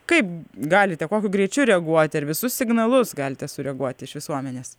kaip galite kokiu greičiu reaguoti ar visus signalus galite sureaguoti iš visuomenės